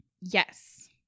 yes